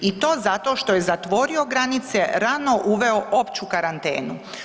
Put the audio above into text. I to zato što je zatvorio granice, rano uveo opću karantenu.